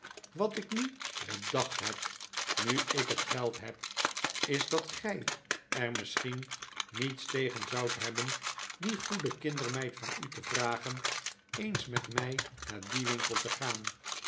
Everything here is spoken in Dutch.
wat ik nu bedacht heb nu ik het geld heb is dat gij er misschien niets tegen zoudt hebben die goede kindermeid van u te vragen eens met mij naar dien winkel te gaan